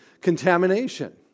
contamination